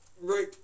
right